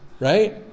right